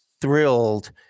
thrilled